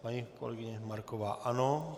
Paní kolegyně Marková ano.